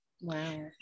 Wow